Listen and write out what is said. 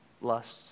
lusts